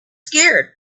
scared